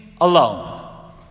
alone